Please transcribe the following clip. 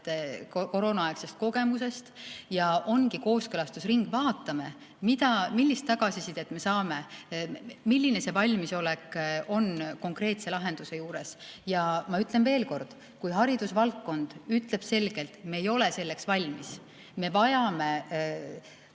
koroonaaegsest kogemusest. Ja ongi kooskõlastusring. Vaatame, millist tagasisidet me saame ja milline see valmisolek on konkreetse lahenduse juures. Ja ma ütlen veel kord, et kui haridusvaldkond ütleb selgelt, et me ei ole selleks valmis, me vajame